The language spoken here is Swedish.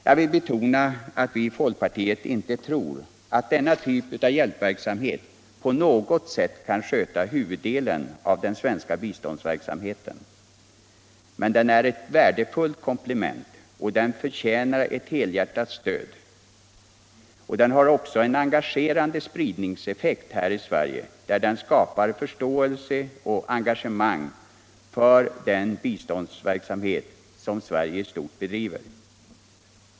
Jag vill betona att vi i folkpartiet inte tror att denna typ av hjälpverksamhet på något sätt kan sköta huvuddelen av det svenska biståndet. men den är ett värdefullt komplement och den förtjänar ett helhjärtat stöd. Den har också en engagerande spridningseffekt här i Sverige där den skapar förståelse och engagemang för den biståndsverksamhet som Sverige i stort bedriver.